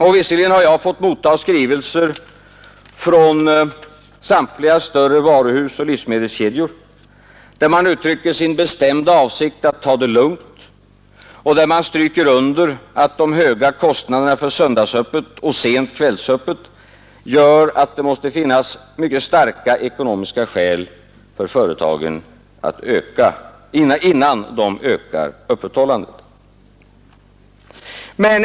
Och visserligen har jag fått motta skrivelser från samtliga större varuhus och livsmedelskedjor, där man uttrycker sin bestämda avsikt att ta det lugnt och där man stryker under att de höga kostnaderna för söndagsöppet och sent kvällsöppet gör att det måste finnas mycket starka ekonomiska skäl för företagen innan de ökar öppethållandet.